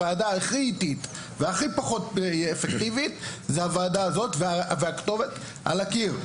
הוועדה הכי איטית והכי פחות אפקטיבית זאת הוועדה הזאת והכתובת על הקיר.